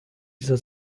dieser